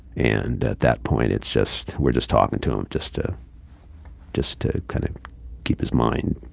and at that point, it's just we're just talking to him just to just to kind of keep his mind